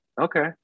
okay